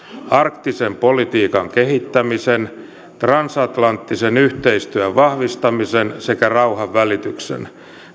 arktisen politiikan kehittämisen transatlanttisen yhteistyön vahvistamisen sekä rauhanvälityksen